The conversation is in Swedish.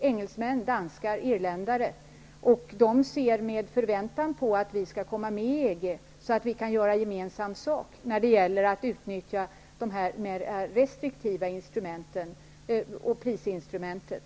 Engelsmän, danskar och irländare ser med förväntan på att vi skall komma med i EG, så att vi kan göra gemensam sak när det gäller att utnyttja de mer restriktiva instrumenten och prisinstrumentet.